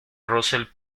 russell